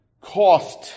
cost